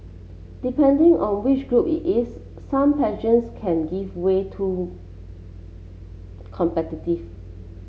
depending on which group it is some pageants can give way too competitive